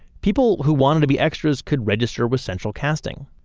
people who wanted to be extras could register with central casting.